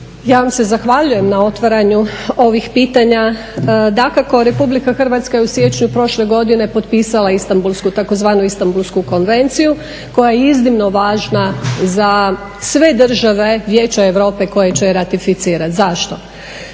Ja vam se zahvaljujem na otvaranju ovih pitanja. Dakako, Republika Hrvatska je u siječnju prošle godine potpisala Istambulsku, tzv. Istambulsku konvenciju koja je iznimno važna za sve države Vijeća Europe koje će je ratificirati. Zašto?